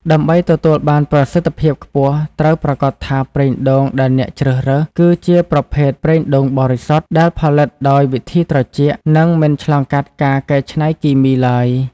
ដើម្បីទទួលបានប្រសិទ្ធភាពខ្ពស់ ត្រូវប្រាកដថាប្រេងដូងដែលអ្នកជ្រើសរើស គឺជាប្រភេទ ប្រេងដូងបរិសុទ្ធ ដែលផលិតដោយវិធីត្រជាក់ និងមិនឆ្លងកាត់ការកែច្នៃគីមីទ្បើយ។